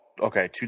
okay